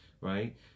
right